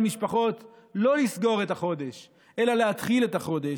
משפחות לא לסגור את החודש אלא להתחיל את החודש,